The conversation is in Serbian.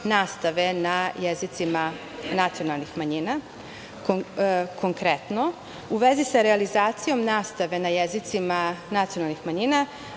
nastave na jezicima nacionalnih manjina. Konkretno, u vezi sa realizacijom nastave na jezicima nacionalnih manjina